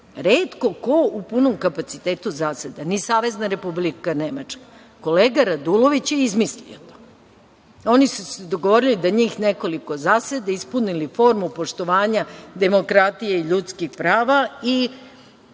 Retko ko u punom kapacitetu zaseda. Ni Savezna Republika Nemačka. Kolega Radulović je izmislio to. Oni su se dogovorili da njih nekoliko zaseda, ispunili formu poštovanja demokratije i ljudskih prava.